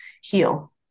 heal